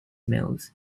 mills